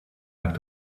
act